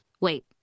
Wait